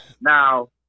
Now